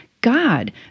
God